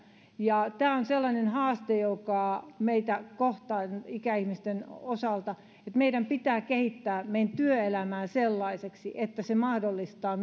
tämä on sellainen haaste joka meitä kohtaa ikäihmisten osalta että meidän pitää kehittää meidän työelämäämme sellaiseksi että se mahdollistaa